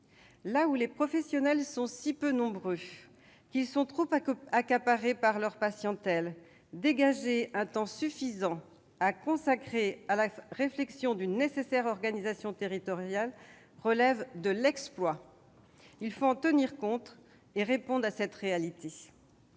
là où les professionnels sont si peu nombreux qu'ils sont trop accaparés par la patientèle, dégager un temps suffisant à consacrer à la réflexion d'une nécessaire organisation territoriale relève de l'exploit. Il faut en tenir compte et répondre à cette réalité.